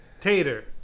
Tater